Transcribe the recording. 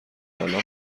کالا